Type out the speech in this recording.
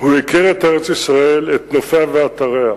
"הוא הכיר את ארץ-ישראל, את נופיה ואתריה.